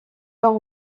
nord